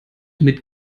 mit